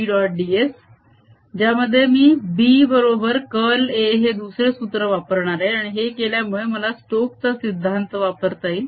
ds ज्यामध्ये मी B बरोबर कर्ल A हे दुसरे सूत्र वापरणार आहे आणि हे केल्यामुळे मला स्टोक चा सिद्धांत वापरता येईल